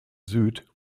süd